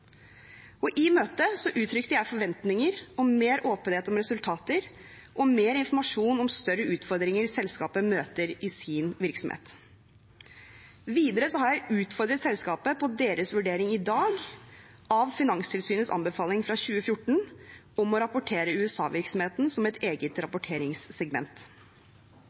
I møtet uttrykte jeg forventninger om mer åpenhet om resultater og mer informasjon om større utfordringer selskapet møter i sin virksomhet. Videre har jeg utfordret selskapet på deres vurdering i dag av Finanstilsynets anbefaling fra 2014 om å rapportere USA-virksomheten som et eget rapporteringssegment.